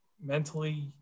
mentally